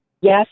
yes